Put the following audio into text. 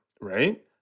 right